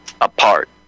apart